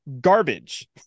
Garbage